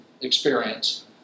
experience